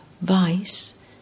vice